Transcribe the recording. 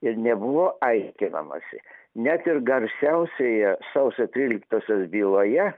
ir nebuvo aiškinamasi net ir garsiausioje sausio tryliktosios byloje